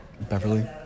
Beverly